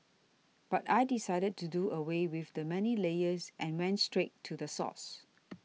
but I decided to do away with the many layers and went straight to the source